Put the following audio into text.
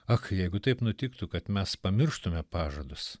ak jeigu taip nutiktų kad mes pamirštume pažadus